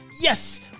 Yes